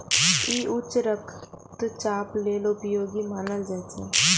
ई उच्च रक्तचाप लेल उपयोगी मानल जाइ छै